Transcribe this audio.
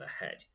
ahead